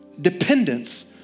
Dependence